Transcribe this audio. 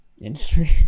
industry